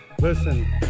Listen